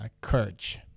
Courage